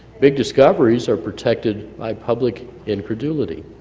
big discoveries are protected by public incredulity.